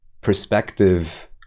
perspective